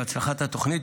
והצלחת התוכנית,